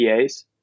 PAs